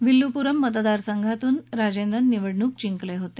विल्लुपुरम् मतदार संघातून राजेंद्रन् निवडणूक जिंकले होते